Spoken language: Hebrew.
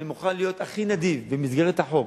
אני מוכן להיות הכי נדיב במסגרת החוק,